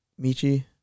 Michi